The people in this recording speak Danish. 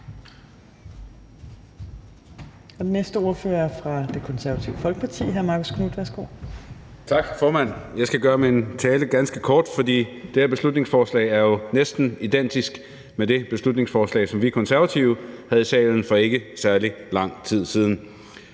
Den næste ordfører er fra Det Konservative Folkeparti. Hr. Marcus Knuth, værsgo. Kl. 16:19 (Ordfører) Marcus Knuth (KF): Tak, formand. Jeg skal gøre min tale ganske kort, fordi det her beslutningsforslag jo næsten er identisk med det beslutningsforslag, som vi Konservative havde i salen for ikke særlig lang tid siden,